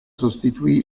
sostituì